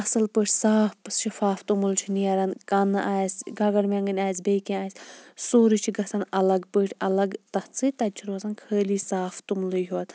اصل پٲٹھۍ صاف شِفاف توٚمُل چھُ نیران کَنہٕ آسہِ گَگَر میٚنگٕنۍ آسہِ بیٚیہِ کینٛہہ آسہِ سورُے چھُ گَژھان اَلَگ پٲٹھۍ اَلَگ تَتھ سۭتۍ تَتہِ چھُ روزان خٲلی صاف توٚملٕے یوت